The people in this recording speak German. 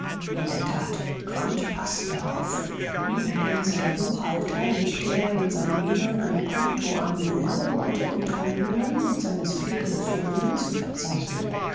in der tat quandt paßte auf wie ein emsiger buchhalter legte er in seinem innern ein konto an um alle worte und handlungen seines pflegebefohlenen zu verzeichnen